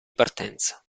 partenza